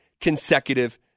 consecutive